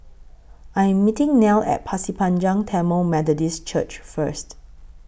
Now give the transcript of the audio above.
I Am meeting Nell At Pasir Panjang Tamil Methodist Church First